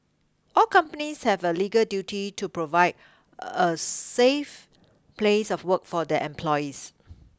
all companies have a legal duty to provide a safe place of work for their employees